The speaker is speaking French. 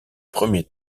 premiers